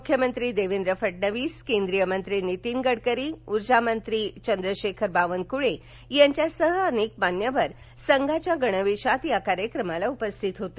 मुख्यमंत्री देवेंद्र फडणवीस केंद्रीय मंत्री नीतीन गडकरी ऊर्जा मंत्री चंद्रशेखर बावनकुळे यांच्यासह अनेक मान्यवर संघाच्या गणवेशात या कार्यक्रमात उपस्थित होते